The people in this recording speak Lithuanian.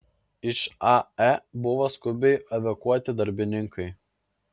iš ae buvo skubiai evakuoti darbininkai